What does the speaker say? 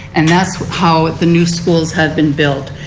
and that is how the new schools have been built.